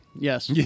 Yes